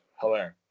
hilarious